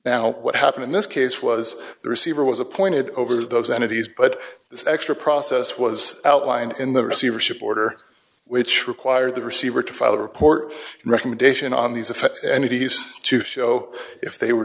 now what happened in this case was the receiver was appointed over those entities but this extra process was outlined in the receivership order which required the receiver to file a report recommendation on these affect any fees to show if they were